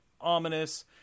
ominous